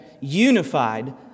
unified